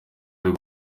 ari